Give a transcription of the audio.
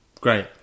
Great